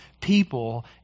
people